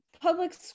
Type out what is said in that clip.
public